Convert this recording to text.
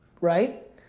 right